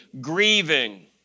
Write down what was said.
grieving